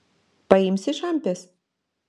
paimsi šampės